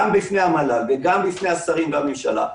גם בפני המל"ל וגם בפני השרים והממשלה,